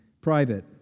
private